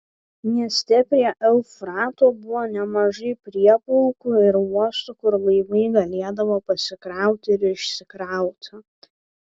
mieste prie eufrato buvo nemažai prieplaukų ir uostų kur laivai galėdavo pasikrauti ir išsikrauti